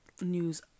news